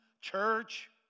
church